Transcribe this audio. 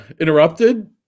interrupted